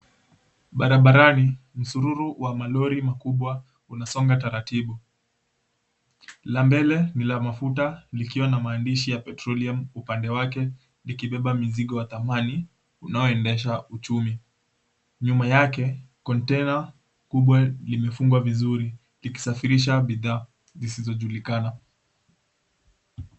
Barabarani, msururu wa malori makubwa unasonga taratibu. La mbele ni la mafuta likiwa na maandishi ya, Petroleum, upande wake likibeba mizigo ya dhamani unaoendesha uchumi. Nyuma yake, kontena kubwa limefungwa vizuri likisafirisha bidhaa zisizojulikana.